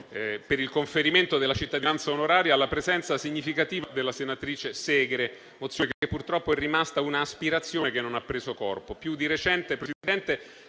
per il conferimento della cittadinanza onoraria alla presenza significativa della senatrice Segre, ma purtroppo tale mozione è rimasta un'aspirazione che non ha preso corpo.